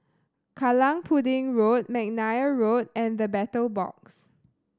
Kallang Pudding Road McNair Road and The Battle Box